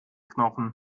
knochen